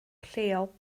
lleol